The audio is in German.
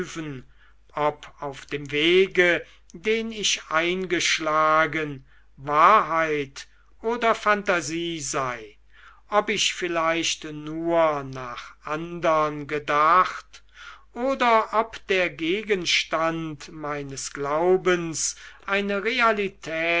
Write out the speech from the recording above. ob auf dem wege den ich eingeschlagen wahrheit oder phantasie sei ob ich vielleicht nur nach andern gedacht oder ob der gegenstand meines glaubens eine realität